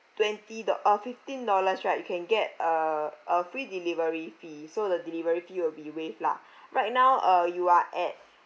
twenty do~ uh fifteen dollars right you can get uh a free delivery fee so the delivery fee will be waived lah right now uh you are at